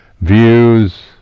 views